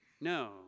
No